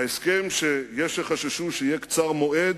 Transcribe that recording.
ההסכם, שיש שחששו שיהיה קצר-מועד,